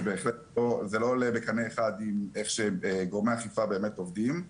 בהחלט זה לא עולה בקנה אחד עם איך שגורמי האכיפה באמת עובדים.